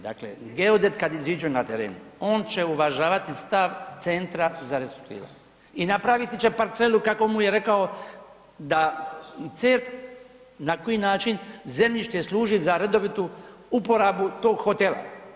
Dakle, geodet kad iziđe na teren, on će uvažavati stav Centra za restrukturiranje i napravit će parcelu kako mu je rekao da CERP na koji način zemljište služi za redovitu uporabu tog hotela.